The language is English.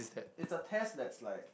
it's a test that's like